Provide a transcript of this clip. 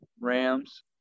Rams